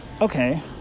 Okay